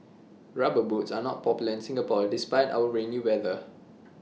rubber boots are not popular in Singapore despite our rainy weather